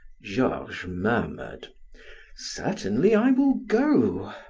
georges murmured certainly i will go.